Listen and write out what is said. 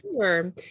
Sure